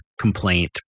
Complaint